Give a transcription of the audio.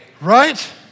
Right